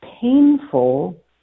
painful